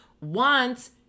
wants